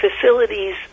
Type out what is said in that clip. facilities